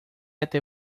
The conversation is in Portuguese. até